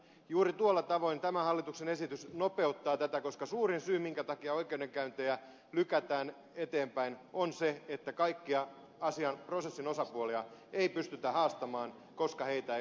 juuri tuolla tavoin tämä hallituksen esitys nopeuttaa tätä koska suurin syy minkä takia oikeudenkäyntejä lykätään eteenpäin on se että kaikkia asian prosessin osapuolia ei pystytä haastamaan koska heitä ei löydetä